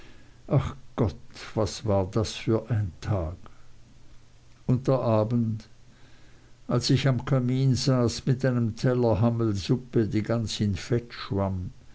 ach gott was war das für ein tag und der abend als ich am kamin saß mit einem teller hammelsuppe die ganz in fett schwamm